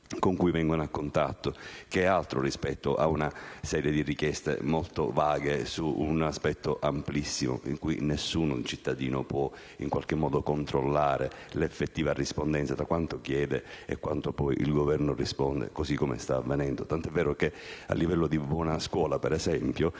con cui vengono in contatto, che è altro rispetto a una serie di richieste molto vaghe su un aspetto amplissimo: nessuno cittadino può controllare l'effettiva rispondenza tra quanto chiede e quanto poi il Governo dà, così come sta avvenendo. Tant'è vero che, ad esempio, a livello di buona scuola, ma